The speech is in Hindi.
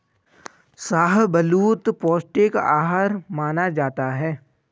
शाहबलूत पौस्टिक आहार माना जाता है